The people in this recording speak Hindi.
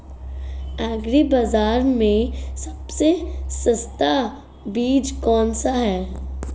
एग्री बाज़ार में सबसे सस्ता बीज कौनसा है?